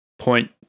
point